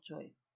choice